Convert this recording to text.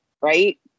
Right